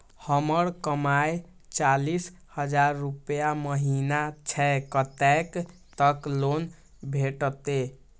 हमर कमाय चालीस हजार रूपया महिना छै कतैक तक लोन भेटते?